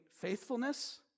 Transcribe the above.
faithfulness